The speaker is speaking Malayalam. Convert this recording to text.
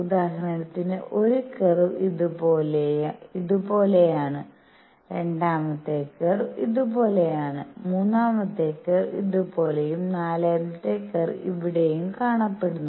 ഉദാഹരണത്തിന് ഒരു കർവ് ഇതുപോലെയാണ് രണ്ടാമത്തെ കർവ് ഇതുപോലെയാണ് മൂന്നാമത്തെ കർവ് ഇതുപോലെയും നാലാമത്തെ കർവ് ഇവിടെയും കാണപ്പെടുന്നു